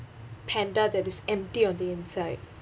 panda that is empty on the inside